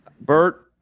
Bert